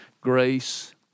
grace